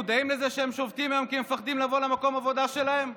מודעים לזה שהם שובתים היום כי הם פוחדים לבוא למקום העבודה שלהם?